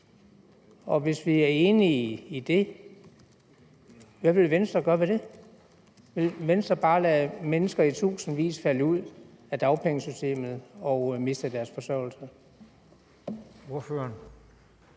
Hvis vi er enige i det, hvad vil Venstre så gøre ved det? Vil Venstre bare lade i tusindvis af mennesker falde ud af dagpengesystemet og miste deres forsørgelsesgrundlag?